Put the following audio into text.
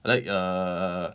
I like err